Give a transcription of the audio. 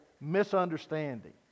misunderstanding